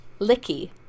Licky